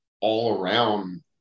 all-around